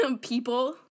people